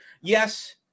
yes